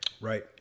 Right